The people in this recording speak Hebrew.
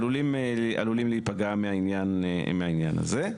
עלולים להיפגע מהעניין הזה.